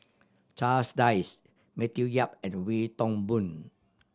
Charles Dyce Matthew Yap and Wee Toon Boon